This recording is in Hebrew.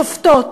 שופטות,